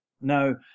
Now